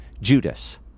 Judas